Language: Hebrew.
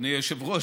אדוני היושב-ראש,